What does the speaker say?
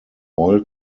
oil